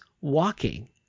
walking